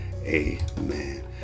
amen